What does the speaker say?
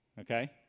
Okay